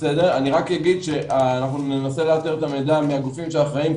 רק אגיד שננסה לאתר את המידע מהגופים האחראים.